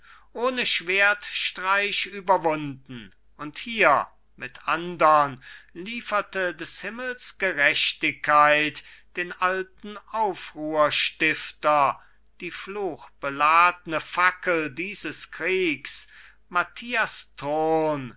ohne schwertstreich überwunden und hier mit andern lieferte des himmels gerechtigkeit den alten aufruhrstifter die fluchbeladne fackel dieses kriegs matthias